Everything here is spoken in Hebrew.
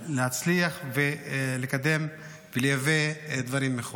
להצליח ולקדם ולייבא דברים מחו"ל.